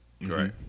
Right